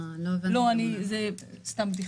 זה סתם בדיחה.